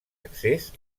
accés